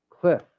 Cliff